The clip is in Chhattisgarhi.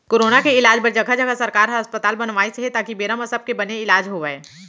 कोरोना के इलाज बर जघा जघा सरकार ह अस्पताल बनवाइस हे ताकि बेरा म बने सब के इलाज होवय